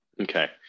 okay